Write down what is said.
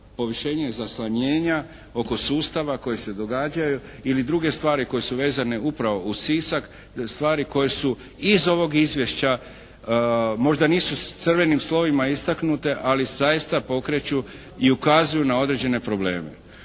povišenja i zaslanjenja, oko sustava koji se događaju ili druge stvari koje su vezane upravo uz Sisak, stvari koje su iz ovog izvješća možda nisu s crvenim slovima istaknute ali zaista pokreću i ukazuju na određene probleme.